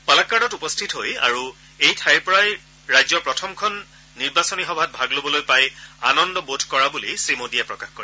পালাক্কাড়ত উপস্থিত হৈ আৰু এই ঠাইৰ পৰাই ৰাজ্যৰ প্ৰথমখন নিৰ্বাচনী সভাত ভাগ লবলৈ পাই আনন্দবোধ কৰা বুলি শ্ৰীমোদীয়ে প্ৰকাশ কৰে